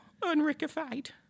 unrickified